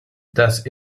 das